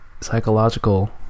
psychological